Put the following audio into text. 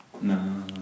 No